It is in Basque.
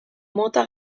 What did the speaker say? mota